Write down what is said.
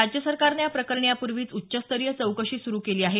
राज्य सरकारनं या प्रकरणी यापूर्वीच उच्चस्तरीय चौकशी सुरू केली आहे